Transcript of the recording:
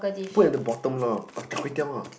put at the bottom lah uh char-kway-teow ah